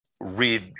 read